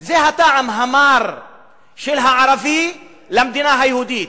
זה הטעם המר של הערבי למדינה היהודית.